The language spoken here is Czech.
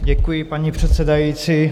Děkuji, paní předsedající.